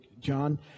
John